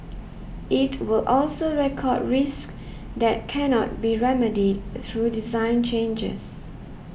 it will also record risks that cannot be remedied through design changes